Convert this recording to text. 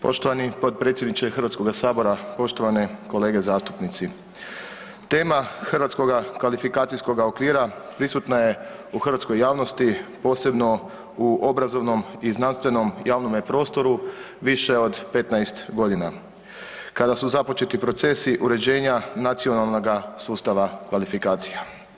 Poštovani potpredsjedniče Hrvatskoga sabora, poštovane kolege zastupnici, tema Hrvatskoga kvalifikacijskoga okvira prisutan je u hrvatskoj javnosti posebno u obrazovnom i znanstvenom javnom prostoru više od 15 godina kada su započeti procesi uređenja nacionalnoga sustava kvalifikacija.